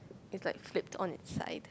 is like flipped on its side